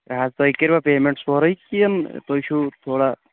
ترٛےٚ ہتھ تُہۍ کٔرۍوا پیٚمٚنٛٹ سورُے کِنہٕ تُہۍ چھُو تھوڑا